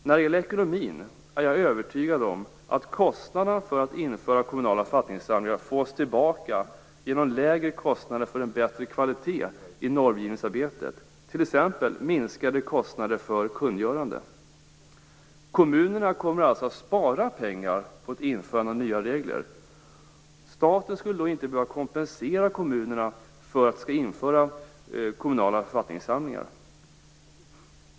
När det gäller ekonomin är jag övertygad om att kostnaderna för att införa kommunala författningssamlingar fås tillbaka genom lägre kostnader för en bättre kvalitet i normgivningsarbetet, t.ex. minskade kostnader för kungörande. Kommunerna kommer alltså att spara pengar på ett införande av nya regler. Staten skulle då inte behöva kompensera kommunerna för att de skall införa kommunala författningssamlingar.